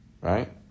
Right